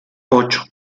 ocho